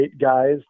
guys